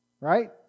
right